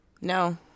No